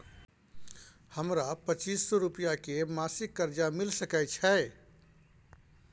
हमरा पच्चीस सौ रुपिया के मासिक कर्जा मिल सकै छै?